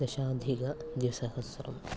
दशाधिकद्विसहस्रम्